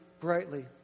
brightly